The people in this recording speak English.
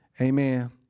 Amen